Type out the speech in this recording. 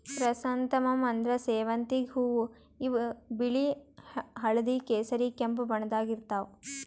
chrysanthemum ಅಂದ್ರ ಸೇವಂತಿಗ್ ಹೂವಾ ಇವ್ ಬಿಳಿ ಹಳ್ದಿ ಕೇಸರಿ ಕೆಂಪ್ ಬಣ್ಣದಾಗ್ ಇರ್ತವ್